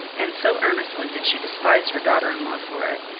and so earnestly did she despise her daughter-in-law for it,